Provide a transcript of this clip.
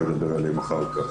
פנימיות.